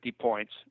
points